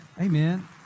Amen